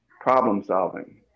problem-solving